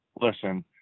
Listen